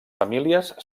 famílies